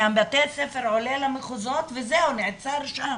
מבתי הספר עולה למחוזות וזהו, נעצר שם,